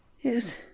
yes